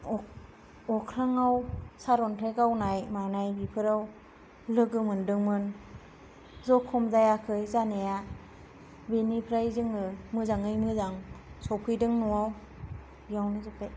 अख्रांयाव सारअन्थाइ गावनाय बिफोराव लोगो मोनदोंमोन जखम जायाखै जानाया बिनिफ्राय जोङो मोजाङै मोजां सफैदों न'वाव बेयावनो जोबबाय